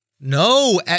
No